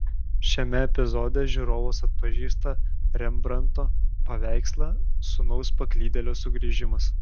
šiame epizode žiūrovas atpažįsta rembrandto paveikslą sūnaus paklydėlio sugrįžimas